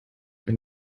wenn